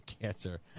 cancer